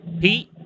Pete